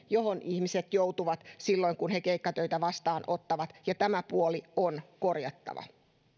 johon ihmiset joutuvat silloin kun he keikkatöitä vastaanottavat ja tämä puoli on korjattava